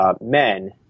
men